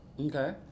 Okay